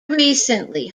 recently